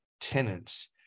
tenants